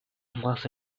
was